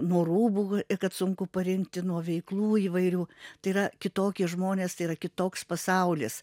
nuo rūbų kad sunku parinkti nuo veiklų įvairių tai yra kitokie žmonės tai yra kitoks pasaulis